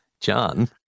John